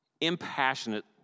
impassionate